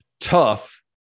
tough